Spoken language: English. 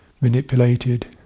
manipulated